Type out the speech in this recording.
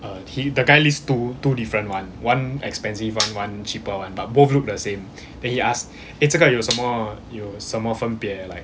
he the guy list two two different one one expensive one one cheaper one but both looked the same then he asked eh 这个有什么有什么分别 like